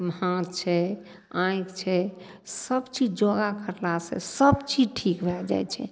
हाथ छै आँखि छै सब चीज योगा करलासँ सब चीज ठीक भए जाइ छै